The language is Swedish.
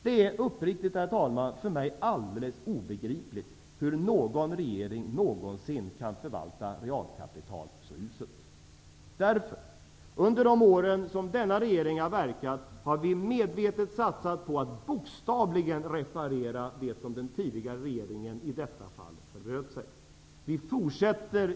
Det är för mig alldeles obegripligt, herr talman, hur en regering någonsin kan förvalta realkapital så uselt. Under de år som den här regeringen har verkat har vi medvetet satsat på att bokstavligen reparera den tidigare regeringens förbrytelser.